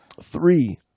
Three